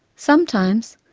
sometimes,